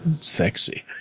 sexy